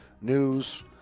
news